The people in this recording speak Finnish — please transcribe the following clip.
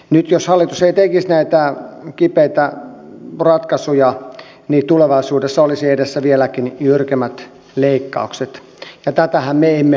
nyt jos hallitus ei tekisi näitä kipeitä ratkaisuja niin tulevaisuudessa olisi edessä vieläkin jyrkemmät leikkaukset ja tätähän me emme halua